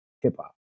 hip-hop